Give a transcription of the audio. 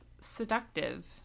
seductive